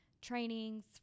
trainings